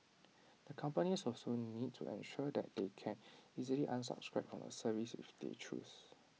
the companies also need to ensure that they can easily unsubscribe from the service if they choose